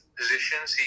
positions